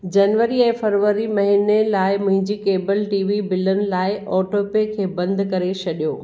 जनवरी ऐं फरवरी महिने लाइ मुंहिंजी केबल टी वी बिलनि लाइ ऑटोपे खे बंदि करे छॾियो